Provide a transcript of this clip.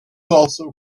also